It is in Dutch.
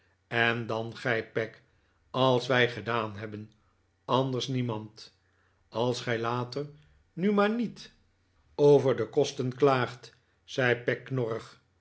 en dan gij peg als wij gedaan hebben anders niemand als gij later nu maar niet over de kosnikolaas nickleby ten klaagt zei peg knorrig